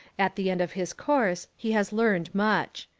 at the end of his course he has learned much.